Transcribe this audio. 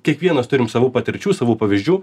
kiekvienas turim savų patirčių savų pavyzdžių